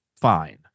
fine